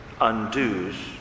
undoes